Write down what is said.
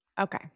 Okay